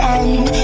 end